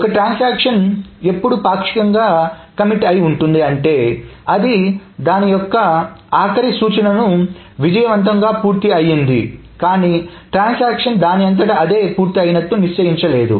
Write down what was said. ఒక ట్రాన్సాక్షన్ ఎప్పుడు పాక్షికంగా కమిట్ అయి ఉంటుంది అంటే అది దాని యొక్క ఆఖరి సూచనను విజయవంతంగా పూర్తి అయ్యింది కానీ ట్రాన్సాక్షన్ దానంతట అదే పూర్తయినట్లు నిశ్చయించలేదు